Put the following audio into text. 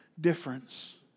difference